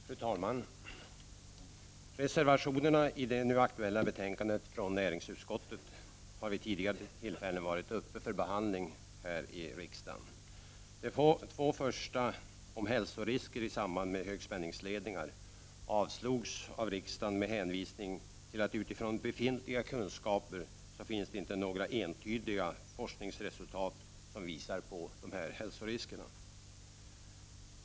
Fru talman! Reservationerna i det nu aktuella betänkandet från näringsutskottet har vid tidigare tillfällen varit uppe för behandling här i riksdagen. De två första — om hälsorisker i samband med högspänningsledningar — avslogs av riksdagen med hänvisning till att det utifrån befintliga kunskaper inte finns några entydiga forskningsresultat som visar på hälsorisker.